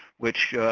which